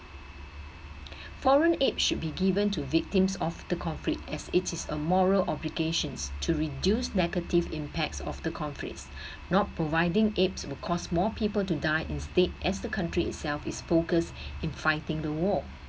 foreign aid should be given to victims of the conflict as it is a moral obligations to reduce negative impacts of the conflict not providing aids will cost more people to die instead as the country itself is focused in fighting the war